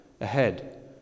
ahead